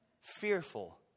fearful